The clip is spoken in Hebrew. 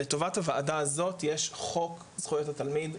לטובת הוועדה הזו יש חוק זכויות התלמיד,